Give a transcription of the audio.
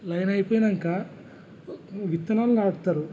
line అయిపోయినాక విత్తనాలు నాటుతారు